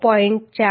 4 થી 0